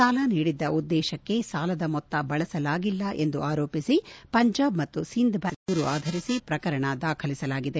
ಸಾಲ ನೀಡಿದ್ದ ಉದ್ದೇಶಕ್ಕೆ ಸಾಲದ ಮೊತ್ತ ಬಳಸಲಾಗಿಲ್ಲ ಎಂದು ಆರೋಪಿಸಿ ಪಂಜಾಬ್ ಮತ್ತು ಸಿಂಧ್ ಬ್ಲಾಂಕ್ ಸಲ್ಲಿಸಿದ ದೂರು ಆಧರಿಸಿ ಪ್ರಕರಣ ದಾಖಲಿಸಲಾಗಿದೆ